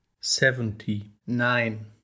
Seventy-nine